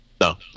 No